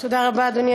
נמנעים.